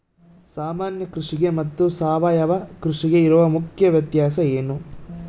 ಸಾಮಾನ್ಯ ಕೃಷಿಗೆ ಮತ್ತೆ ಸಾವಯವ ಕೃಷಿಗೆ ಇರುವ ಮುಖ್ಯ ವ್ಯತ್ಯಾಸ ಏನು?